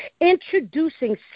introducing